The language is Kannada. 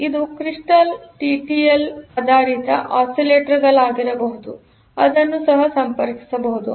ಇದು ಕ್ರಿಸ್ಟಲ್ ಟಿಟಿಎಲ್ ಆಧಾರಿತ ಆಸಿಲೆಟರ್ ಗಳಾಗಿರಬಹುದು ಅದನ್ನು ಸಹ ಸಂಪರ್ಕಿಸಬಹುದು